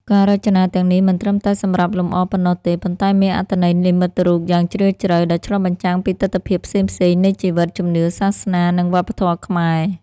ការរចនាទាំងនេះមិនត្រឹមតែសម្រាប់លម្អប៉ុណ្ណោះទេ ប៉ុន្តែមានអត្ថន័យនិមិត្តរូបយ៉ាងជ្រាលជ្រៅ ដែលឆ្លុះបញ្ចាំងពីទិដ្ឋភាពផ្សេងៗនៃជីវិត ជំនឿសាសនា និងវប្បធម៌ខ្មែរ។